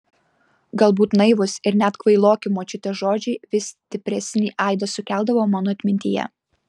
galbūt naivūs ir net kvailoki močiutės žodžiai vis stipresnį aidą sukeldavo mano atmintyje